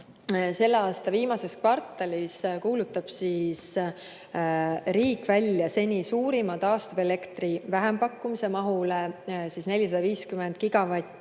selle aasta viimases kvartalis kuulutab riik välja seni suurima taastuvelektri vähempakkumise mahus 450 gigavatt-tundi